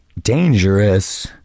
dangerous